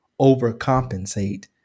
overcompensate